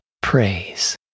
praise